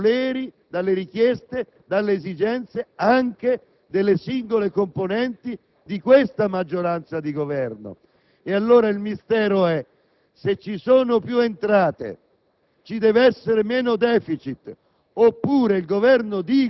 predeterminate, indipendentemente dai voleri, dalle richieste e dalle esigenze anche delle singole componenti di questa maggioranza di Governo. Quindi, il mistero è che se ci sono più entrate